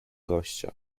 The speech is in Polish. goście